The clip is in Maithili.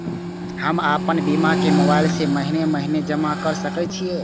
हम आपन बीमा के मोबाईल से महीने महीने जमा कर सके छिये?